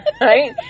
right